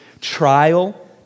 trial